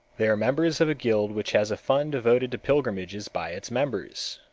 they are members of a guild which has a fund devoted to pilgrimages by its members.